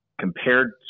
compared